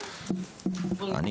אני